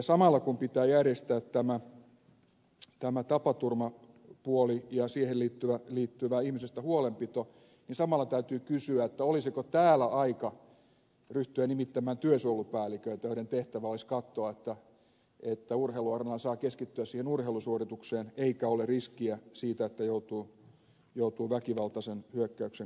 samalla kun pitää järjestää tämä tapaturmapuoli ja siihen liittyvä ihmisestä huolenpito täytyy kysyä olisiko täällä aika ryhtyä nimittämään työsuojelupäälliköitä joiden tehtävä olisi katsoa että urheiluareenalla saa keskittyä siihen urheilusuoritukseen eikä ole riskiä siitä että joutuu väkivaltaisen hyökkäyksen kohteeksi